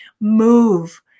move